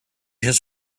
his